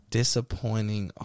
disappointing